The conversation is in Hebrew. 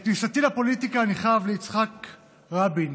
את כניסתי לפוליטיקה אני חב ליצחק רבין,